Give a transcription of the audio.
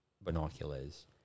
binoculars